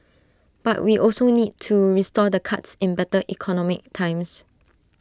but we also need to restore the cuts in better economic times